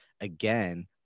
again